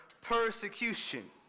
persecution